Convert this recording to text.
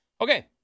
okay